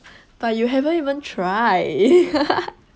but you haven't even try